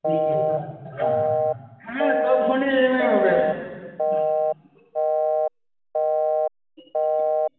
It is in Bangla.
হ্যাঁ সব ফোনে ই এম আই হবে